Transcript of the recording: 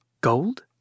Gold